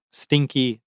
stinky